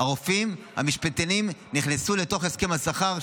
הרופאים המשפטנים נכנסו לתוך הסכם השכר,